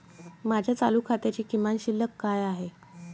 माझ्या चालू खात्याची किमान शिल्लक काय आहे?